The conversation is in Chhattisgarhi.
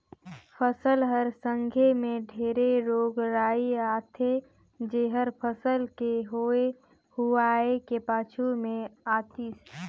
फसल हर संघे मे ढेरे रोग राई आथे जेहर फसल के होए हुवाए के पाछू मे आतिस